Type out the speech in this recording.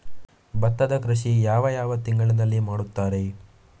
ಭತ್ತದ ಕೃಷಿ ಯಾವ ಯಾವ ತಿಂಗಳಿನಲ್ಲಿ ಮಾಡುತ್ತಾರೆ?